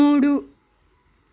మూడు